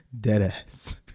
Deadass